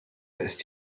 ist